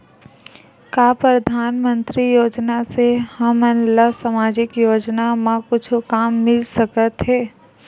का परधानमंतरी योजना से हमन ला सामजिक योजना मा कुछु काम मिल सकत हे?